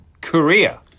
Korea